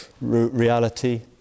reality